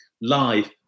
live